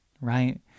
right